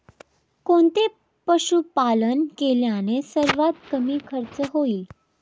कोणते पशुपालन केल्याने सर्वात कमी खर्च होईल?